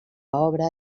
obra